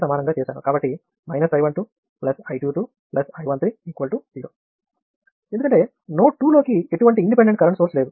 కాబట్టి I 12 I 22 I 13 0 ఎందుకంటే node 2 లోకి ఎటువంటి ఇండిపెండెంట్ కరెంట్ సోర్స్ లేదు